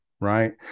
right